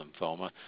lymphoma